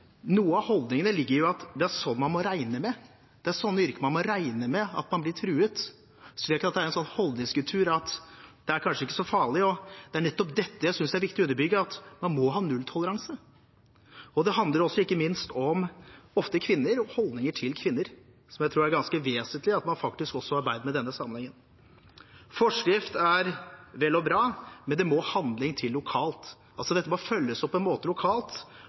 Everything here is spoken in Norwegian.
er sånn man må regne med», at man må regne med å bli truet i sånne yrker – en slags holdningskultur som går på at det kanskje ikke er så farlig. Det er nettopp dette jeg synes er viktig å understreke, at man må ha nulltoleranse. Ofte handler det, ikke minst, om holdninger til kvinner, som jeg tror det er ganske vesentlig at man faktisk også arbeider med i denne sammenhengen. Forskrift er vel og bra, men det må handling til lokalt. Dette må følges opp på en måte lokalt,